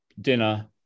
dinner